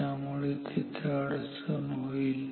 त्यामुळे तिथे अडचण होईल